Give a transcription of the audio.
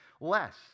less